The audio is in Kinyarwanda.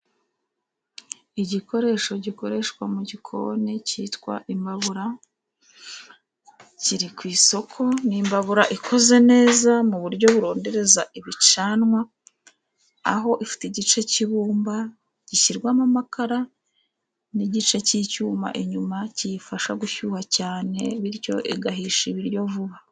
Igikoresho gikoreshwa mu gikoni cyitwa imbabura, kiri ku isoko, ni imbabura ikoze neza mu buryo burondereza ibicanwa, aho ifite igice cy'ibumba gishyirwamo amakara, n'igice cy'icyuma inyuma, kiyifasha gushyuha cyane, bityo igahishya ibiryo vuba.